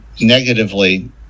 negatively